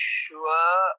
sure